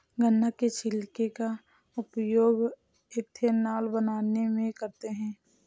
गन्ना के छिलके का उपयोग एथेनॉल बनाने में करते हैं